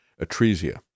atresia